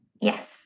Yes